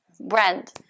Brand